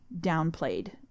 downplayed